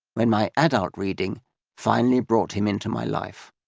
when my adult reading finally brought him into my life.